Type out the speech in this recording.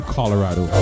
Colorado